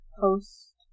post